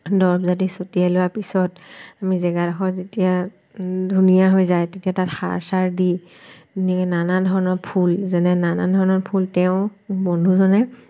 দৰৱ জাতি ছটিয়াই লোৱা পিছত আমি জেগাডোখৰ যেতিয়া ধুনীয়া হৈ যায় তেতিয়া তাত সাৰ চাৰ দি ধুনীয়াকৈ নানা ধৰণৰ ফুল যেনে নানা ধৰণৰ ফুল তেওঁ বন্ধুজনে